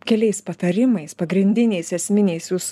keliais patarimais pagrindiniais esminiais jūs